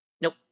Nope